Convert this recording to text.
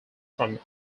from